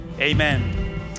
Amen